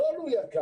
הזול הוא יקר.